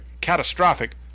catastrophic